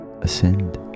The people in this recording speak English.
ascend